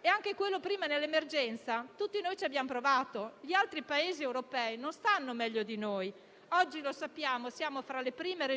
è stato fatto prima nell'emergenza, tutti noi ci abbiamo provato. Gli altri Paesi europei non stanno meglio di noi. Come sappiamo, siamo oggi tra le prime